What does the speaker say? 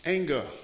Anger